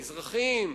מזרחים,